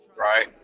right